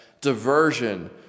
diversion